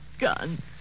gun